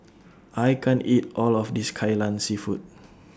I can't eat All of This Kai Lan Seafood